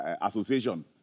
association